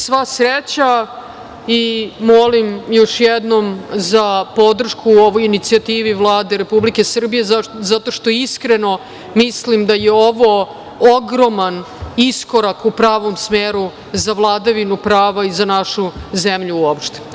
Sva sreća i molim još jednom za podršku ovoj inicijativi Vlade Republike Srbije, zato što iskreno mislim da je ovo ogroman iskorak u pravom smeru za vladavinu prava i za našu zemlju uopšte.